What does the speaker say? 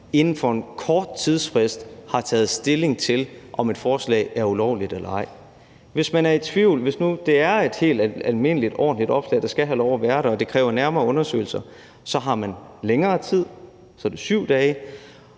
inden for en kort tidsfrist har taget stilling til, om et opslag er ulovligt eller ej. Hvis man er i tvivl – hvis det nu er et helt almindeligt og ordentligt opslag, der skal have lov at være der, og det kræver nærmere undersøgelser – så har man længere tid. Så er det 7 dage.